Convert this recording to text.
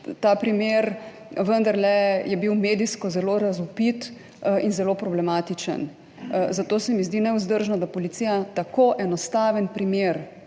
ta primer je vendarle bil medijsko zelo razvpit in zelo problematičen. Zato se mi zdi nevzdržno, da policija tako enostaven primer,